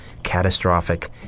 catastrophic